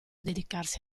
dedicarsi